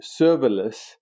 serverless